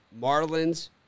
Marlins